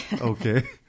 Okay